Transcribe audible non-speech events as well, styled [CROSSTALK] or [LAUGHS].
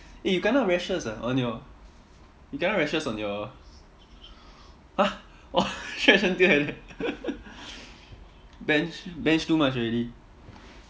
eh you kena rashes ah on your you kena rashes on your !huh! !wah! [LAUGHS] stretch until like that [LAUGHS] bench bench too much already